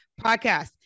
podcast